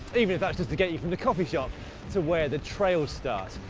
even if that's just to get you from the coffee shop to where the trail starts.